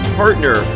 partner